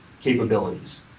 capabilities